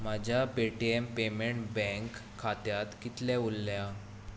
म्हाज्या Paytm payment bank खात्यांत कितलें उरल्या